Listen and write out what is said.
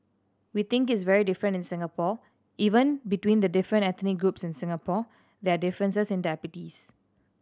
we think it's very different in Singapore even between the different ethnic groups in Singapore there are differences in diabetes